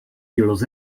los